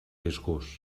disgust